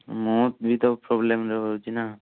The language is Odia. ମୁଁ ବି ତ ପ୍ରୋବ୍ଲେମରେ ରହୁଛି ନା